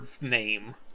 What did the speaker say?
name